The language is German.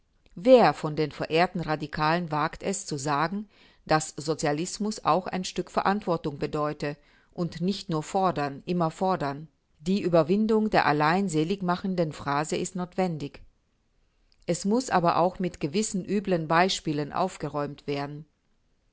wer von den verehrten radikalen wagt es zu sagen daß sozialismus auch ein stück verantwortung bedeute und nicht nur fordern immer fordern die überwindung der alleinseligmachenden phrase ist notwendig ebenso muß aber auch mit gewissen üblen beispielen aufgeräumt werden